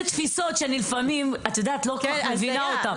זה תפיסות שלפעמים אני לא כל כך מבינה אותם,